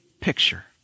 picture